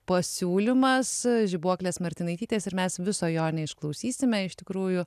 pasiūlymas žibuoklės martinaitytės ir mes viso jo neišklausysime iš tikrųjų